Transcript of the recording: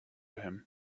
him